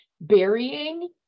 burying